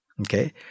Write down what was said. okay